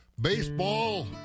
Baseball